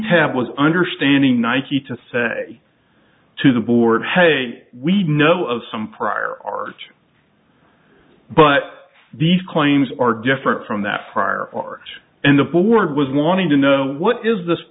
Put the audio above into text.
was understanding nike to say to the board hey we know of some prior art but these claims are different from that prior art and the board was wanting to know what is this